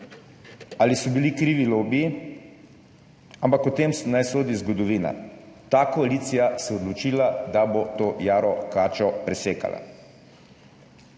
ali so bili krivi lobiji? Ampak o tem naj sodi zgodovina. Ta koalicija se je odločila, da bo to jaro kačo presekala.